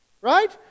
Right